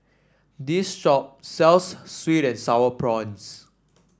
this shop sells sweet and sour prawns